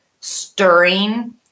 stirring